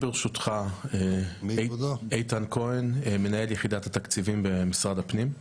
ברשותך, אני מנהל יחידת התקציבים במשרד הפנים.